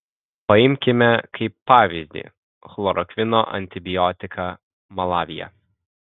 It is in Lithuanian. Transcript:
paimkime kaip pavyzdį chlorokvino antibiotiką malavyje